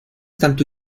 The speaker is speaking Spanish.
tanto